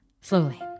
slowly